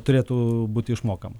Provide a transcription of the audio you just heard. turėtų būti išmokama